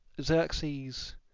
Xerxes